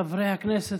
חברי הכנסת,